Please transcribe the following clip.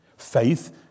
Faith